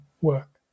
work